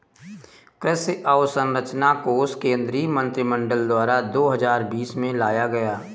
कृषि अंवसरचना कोश केंद्रीय मंत्रिमंडल द्वारा दो हजार बीस में लाया गया